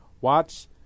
Watch